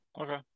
Okay